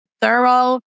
thorough